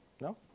No